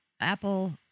Apple